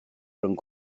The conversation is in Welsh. rhwng